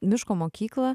miško mokyklą